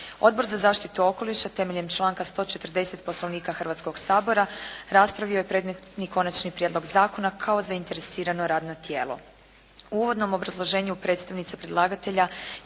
Odbor za zaštitu okoliša temeljem članka 140. Poslovnika Hrvatskog sabora raspravio je predmetni Konačni prijedlog zakona kao zainteresirano radno tijelo. U uvodnom obrazloženju predstavnica predlagatelja